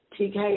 TK